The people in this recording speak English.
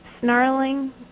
snarling